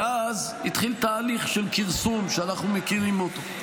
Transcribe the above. ואז התחיל תהליך של כרסום, שאנחנו מכירים אותו.